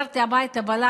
חופשית.